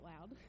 loud